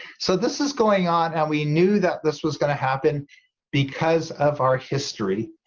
so this is going on and we knew that this was going to happen because of our history,